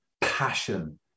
passion